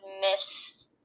miss